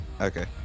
Okay